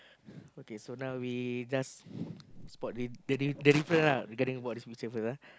okay so now we just spot the the diff~ the difference ah regarding about this picture first ah